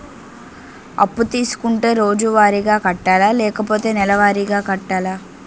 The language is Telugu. అప్పు తీసుకుంటే రోజువారిగా కట్టాలా? లేకపోతే నెలవారీగా కట్టాలా?